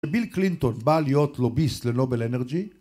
ביל קלינטון בא להיות לוביסט לנובל אנרגי